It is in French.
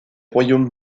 royaumes